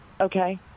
Okay